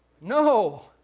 no